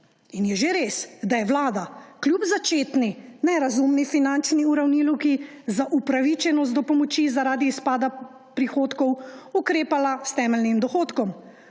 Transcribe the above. in je že res, da je Vlada kljub začetni nerazumni finančni uravnilovki za upravičenost do pomoči zaradi izpada prihodkov ukrepala s temeljnim dohodkom.